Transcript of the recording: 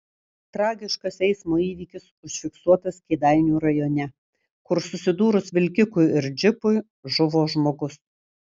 tragiškas eismo įvykis užfiksuotas kėdainių rajone kur susidūrus vilkikui ir džipui žuvo žmogus